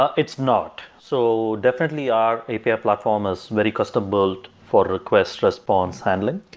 ah it's not. so definitely our api platform is very custom built for request response handling.